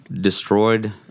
Destroyed